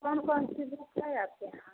कौन कौन सी बुक है आपके यहाँ